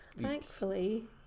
thankfully